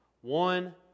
One